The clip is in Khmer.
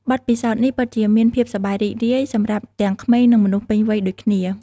បទពិសោធន៍នេះពិតជាមានភាពសប្បាយរីករាយសម្រាប់ទាំងក្មេងនិងមនុស្សពេញវ័យដូចគ្នា។